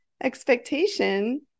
expectation